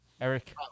Eric